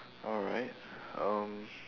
alright um